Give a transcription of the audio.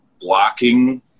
blocking –